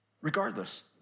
Regardless